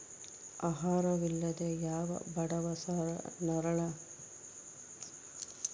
ಆಹಾರ ವಿಲ್ಲದೆ ಯಾವ ಬಡವ ನರಳ ಬಾರದೆಂದು ಅವರಿಗೆ ಪಡಿತರ ದಾನ್ಯ ನಿಡ್ತದ